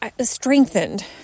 strengthened